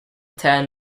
turn